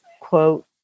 quote